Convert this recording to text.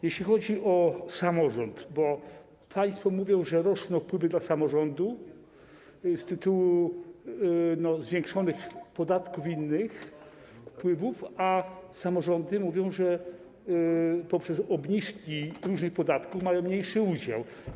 Jeśli chodzi o samorząd, to państwo mówią, że rosną wpływy dla samorządu z tytułu zwiększonych podatków i inne wpływy, a samorządy mówią, że przez obniżki różnych podatków mają mniejszy udział.